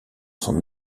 son